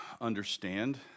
understand